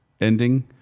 ending